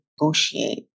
negotiate